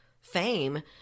fame